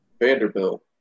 Vanderbilt